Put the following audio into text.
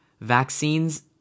Vaccines